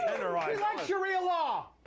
sharia law.